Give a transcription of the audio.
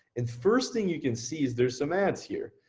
and first thing you can see is there's some ads here.